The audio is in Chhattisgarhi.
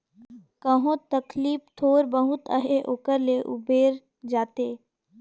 कहो तकलीफ थोर बहुत अहे ओकर ले उबेर जाथे